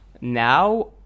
now